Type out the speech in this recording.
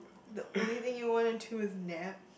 the only thing you want to is nap